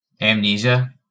Amnesia